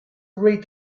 read